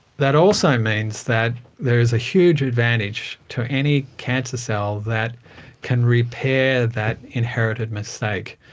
that also means that there is a huge advantage to any cancer cell that can repair that inherited mistake,